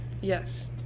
Yes